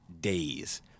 days